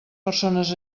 persones